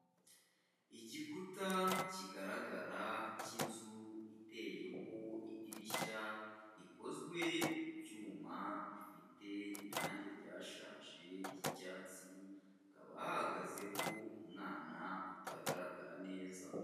Igikuta kigaragara cy'inzu iteyeho idirishya, rikozwe mu cyuma rifite irangi ryashaje ry'icyatsi, hakaba hahagazeho umwana utagaragara neza.